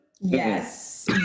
Yes